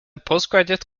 postgraduate